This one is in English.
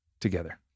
together